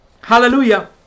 hallelujah